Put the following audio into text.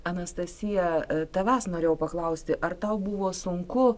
anastasija tavęs norėjau paklausti ar tau buvo sunku